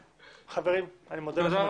חברים, אני מודה לכם.